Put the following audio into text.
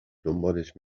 دنبالش